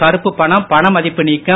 கருப்பு பணம் பணமதிப்பு நீக்கம்